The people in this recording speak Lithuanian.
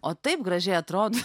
o taip gražiai atrodo